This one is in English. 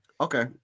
Okay